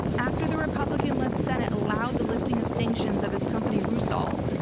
after the republican led senate allowed the lifting of sanctions of his company, rusal,